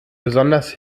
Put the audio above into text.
besonders